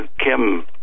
Kim